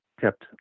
kept